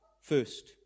first